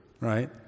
right